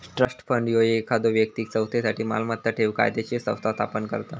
trust fund ह्यो एखाद्यो व्यक्तीक संस्थेसाठी मालमत्ता ठेवूक कायदोशीर संस्था स्थापन करता